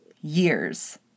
years